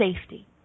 safety